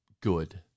good